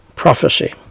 prophecy